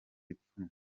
ipfunwe